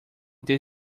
ter